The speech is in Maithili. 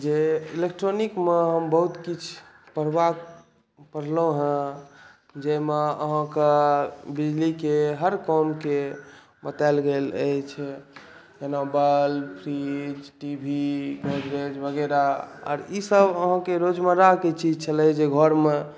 जे इलेक्ट्रॉनिकमे हम बहुत किछु पढ़बाक पढ़लहुँ हेँ जाहिमे अहाँकेँ बिजलीके हर कामकेँ बताएल गेल अछि जेना bulb fridge T V Godrej वगैरह आर ईसभ अहाँकेँ रोजमर्राके चीज छलै जे घरमे